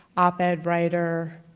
op-ed writer,